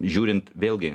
žiūrint vėlgi